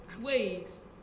ways